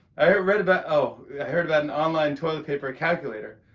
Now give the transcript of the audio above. i read about oh, i heard about an online toilet-paper calculator